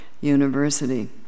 university